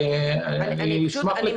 אני מחזיקה את